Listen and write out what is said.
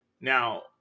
now